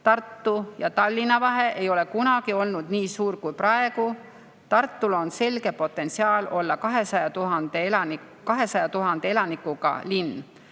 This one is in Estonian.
""Tartu ja Tallinna vahe ei ole kunagi olnud nii suur kui praegu. Tartul on selge potentsiaal olla 200 000 elanikuga linn.